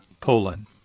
Poland